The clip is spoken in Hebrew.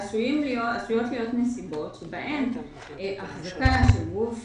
עשויות להיות נסיבות שבהן החזקה של גוף